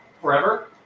Forever